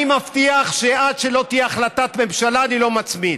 אני מבטיח שעד שלא תהיה החלטת ממשלה אני לא מצמיד.